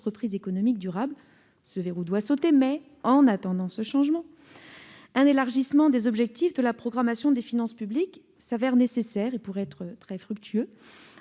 reprise économique durable. Ce verrou doit sauter. En attendant ce changement, un élargissement des objectifs de la programmation des finances publiques s'avère nécessaire et potentiellement fructueux.